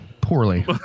poorly